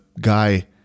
guy